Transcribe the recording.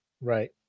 Right